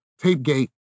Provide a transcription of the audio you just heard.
Tapegate